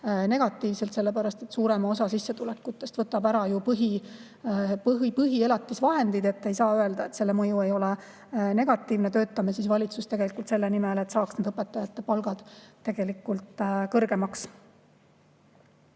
negatiivselt, sellepärast et suurema osa sissetulekutest võtavad ära põhielatisvahendid. Ei saa öelda, et selle mõju ei ole negatiivne. Töötame valitsuses selle nimel, et saaks õpetajate palgad kõrgemaks.